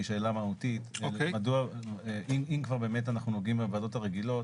והיא שאלה מהותית אם כרגע אנחנו נוגעים בוועדות הרגילות